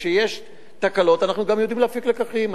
וכשיש תקלות, אנחנו גם יודעים להפיק לקחים.